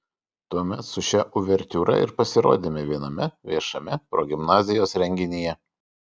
tuomet su šia uvertiūra ir pasirodėme viename viešame progimnazijos renginyje